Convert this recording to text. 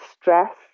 stress